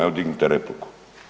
Evo dignite repliku.